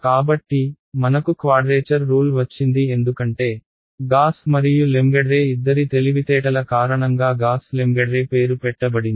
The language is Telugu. కాబట్టి మనకు క్వాడ్రేచర్ రూల్ వచ్చింది ఎందుకంటే గాస్ మరియు లెంగెడ్రే ఇద్దరి తెలివితేటల కారణంగా గాస్ లెంగెడ్రే పేరు పెట్టబడింది